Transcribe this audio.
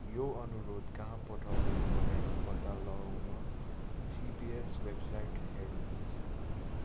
यो अनुरोध कहाँ पठाउने भनेर पत्ता लगाउन सिपिएस वेबसाइट हेर्नुहोस्